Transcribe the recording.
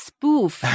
Spoof